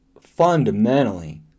fundamentally